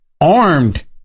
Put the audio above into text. armed